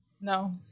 No